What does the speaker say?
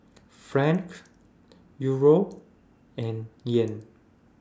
Franc Euro and Yen